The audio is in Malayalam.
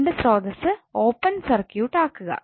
കറണ്ട് സ്രോതസ്സ് ഓപ്പൺ സർക്യൂട്ട് ആക്കുക